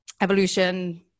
evolution